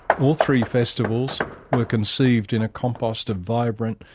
all three festivals were conceived in a compost of vibrant,